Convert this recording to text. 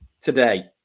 today